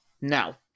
now